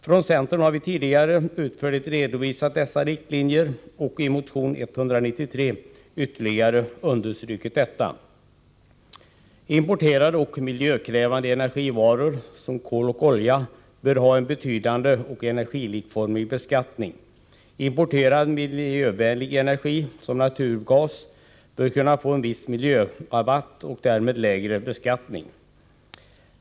Från centern har vi tidigare utförligt redovisat dessa riktlinjer och i motion 193 ytterligare understrukit detta. Importerade och miljökrävande energiråvaror som kol och olja bör ha en betydande och energilikformig beskattning. Importerad miljövänlig energi, såsom naturgas, bör kunna få en viss ”miljörabatt” och därmed en lägre beskattning.